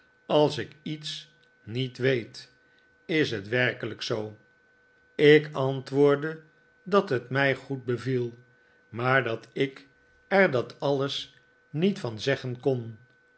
als ik iets niet weet is het werkelijk zoo ik antwoordde dat het mij goed beviel maar dat ik er dat alles niet van zeggen kon